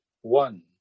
one